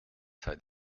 sei